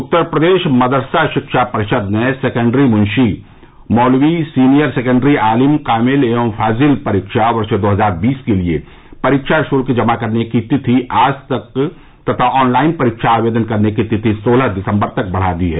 उत्तर प्रदेश मदरसा शिक्षा परिषद ने सेकेण्ड्री मुंशी मौलवी सीनियर सेकेण्ड्री आलिम कामिल एवं फाजिल परीक्षा वर्ष दो हजार बीस के परीक्षा शुल्क जमा करने की तिथि आज तक तथा ऑन लाइन परीक्षा आवेदन करने की तिथि सोलह दिसम्बर तक बढ़ा दी है